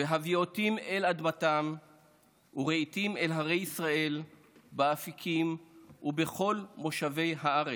והביאתים אל אדמתם ורעיתים אל הרי ישראל באפיקים ובכל מושבי הארץ"